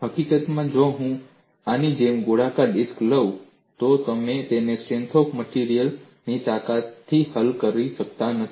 હકીકતમાં જો હું આની જેમ ગોળાકાર ડિસ્ક લઉં તો તમે તેને સ્ટ્રેન્થ ઓફ મટેરિયલ્સ ની તાકાતથી હલ કરી શકતા નથી